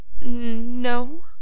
No